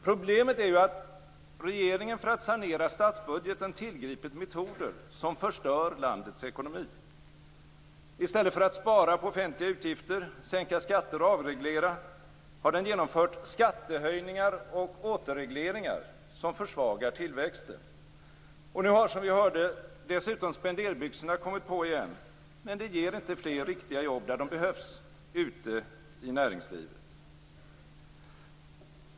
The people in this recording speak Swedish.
Problemet är att regeringen för att sanera statsbudgeten tillgripit metoder som förstör landets ekonomi. I stället för att spara på offentliga utgifter, sänka skatter och avreglera har den genomfört skattehöjningar och återregleringar som försvagar tillväxten. Nu har dessutom, som vi hörde, spenderbyxorna kommit på igen, men det ger inte fler riktiga jobb där de behövs, ute i näringslivet.